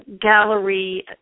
gallery